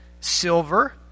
silver